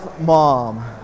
mom